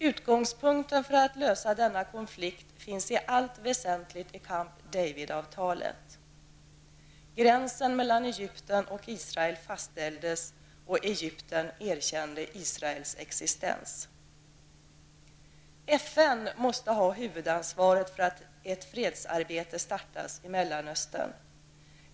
Utgångspunkten för att lösa denna konflikt finns i allt väsentligt i Camp David-avtalet. FN måste ha huvudansvaret för att ett fredsarbete startas i Mellanöstern.